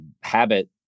habit